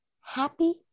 happy